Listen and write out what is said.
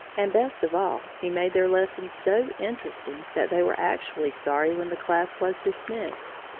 and best of all, he made their lessons so interesting that they were actually sorry when the class was dismissed.